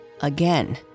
Again